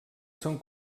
són